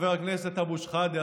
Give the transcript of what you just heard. חבר הכנסת אבו שחאדה,